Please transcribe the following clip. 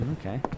okay